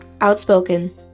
Outspoken